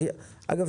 אגב,